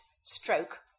stroke